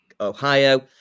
Ohio